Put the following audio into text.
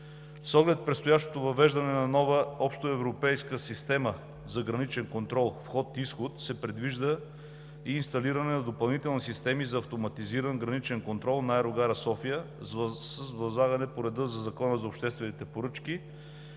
С оглед предстоящото въвеждане на нова общоевропейска система за граничен контрол „Вход/изход“ се предвижда и инсталиране на допълнителни системи за автоматизиран граничен контрол на аерогара София с възлагане по реда на Закона за обществените поръчки,